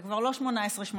זה כבר לא 18 18,